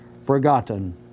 forgotten